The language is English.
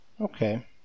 Okay